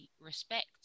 respect